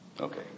Okay